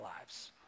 lives